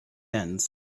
ends